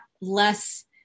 less